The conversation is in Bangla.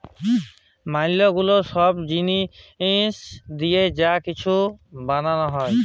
ম্যালা গুলা ছব জিলিস দিঁয়ে যা কিছু বালাল হ্যয়